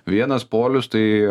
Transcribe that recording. vienas polius tai